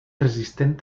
resistent